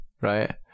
right